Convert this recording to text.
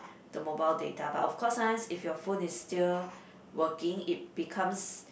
the mobile data but of course sometimes if your phone is still working it becomes